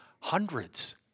hundreds